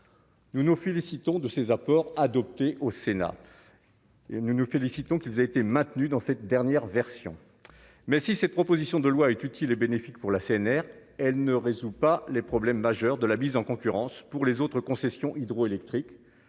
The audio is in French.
Nous nous félicitons de ces apports adopté au Sénat. Nous nous félicitons qu'ils aient été maintenus dans cette dernière version, mais si cette proposition de loi est utile et bénéfique pour la CNR, elle ne résout pas les problèmes majeurs de la mise en concurrence pour les autres concessions hydroélectriques,